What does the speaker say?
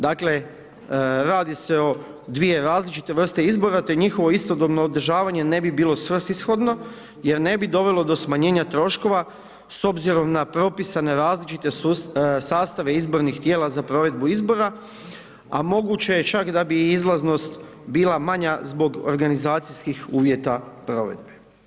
Dakle, radi se o dvije različite vrste izbora, te njihovo istodobno održavanje ne bi bilo svrsishodno jer ne bi dovelo do smanjenja troškova s obzirom na propisane različite sastave izbornih tijela za provedbu izbora, a moguće je čak da bi i izlaznost bila manja zbog organizacijskih uvjeta provedbe.